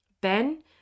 Ben